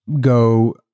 go